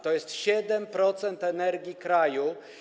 To jest 7% energii kraju.